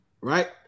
right